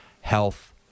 health